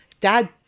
dad